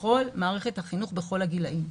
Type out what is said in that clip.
בכל מערכת החינוך בכל הגילאים,